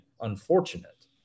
unfortunate